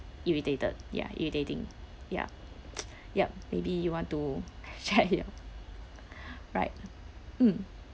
irritated ya irritating ya yup maybe you want to share your right mm